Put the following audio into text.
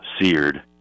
seared